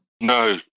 No